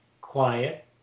quiet